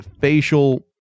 facial